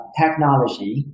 technology